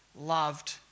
loved